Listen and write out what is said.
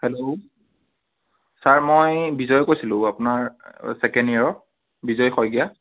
hello sir মই বিজয়ে কৈছিলোঁ আপোনাৰ ছেকেণ্ড ইয়াৰৰ বিজয় শইকীয়া